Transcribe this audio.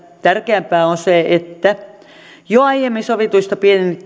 tärkeämpää on se että jo aiemmin sovituista